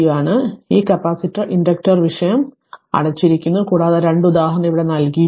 അതിനാൽ ഈ capacitor inductor വിഷയം അടച്ചിരിക്കുന്നു കൂടാതെ 2 ഉദാഹരണം ഇവിടെ നൽകിയിരിക്കുന്നു